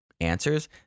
answers